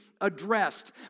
addressed